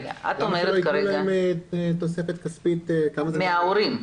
למה שלא תהיה תוספת כספית מהמדינה?